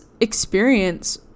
experience